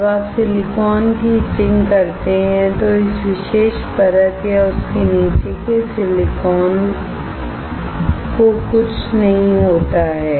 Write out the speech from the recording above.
जब आप सिलिकॉन की इचिंग करते हैं तो इस विशेष परत या उसके नीचे के सिलिकॉन को कुछ नहीं होता है